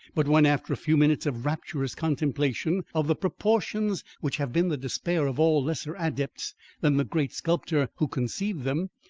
but when, after a few minutes of rapturous contemplation of the proportions which have been the despair of all lesser adepts than the great sculptor who conceived them,